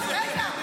רגע.